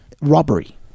robbery